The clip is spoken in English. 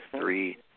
three